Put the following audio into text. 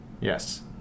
Yes